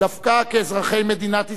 דווקא כאזרחי מדינת ישראל,